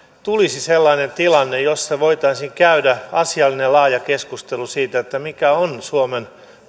tulisi sellainen tilanne jossa voitaisiin käydä asiallinen ja laaja keskustelu siitä mikä on suomen